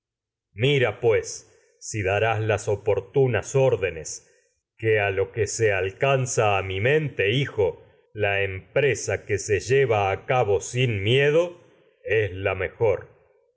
mira pues si darás las oportunas se órdenes que a lo que a alcanza a mi mente hijo la empresa que se miedo es lleva cabo sin la mejor